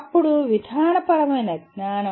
అప్పుడు విధానపరమైన జ్ఞానం